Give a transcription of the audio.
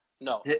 no